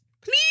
Please